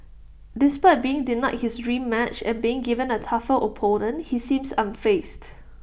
despite being denied his dream match and being given A tougher opponent he seems unfazed